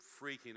freaking